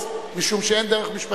בשכונת היובל להרוס,